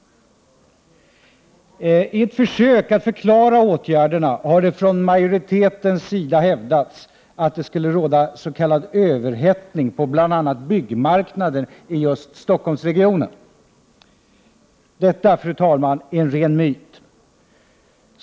I ett försök att förklara åtgärderna har det från majoritetens sida hävdats att det skulle råda s.k. överhettning på bl.a. byggmarknaden i just Stockholmsregionen. Detta, fru talman, är en ren myt.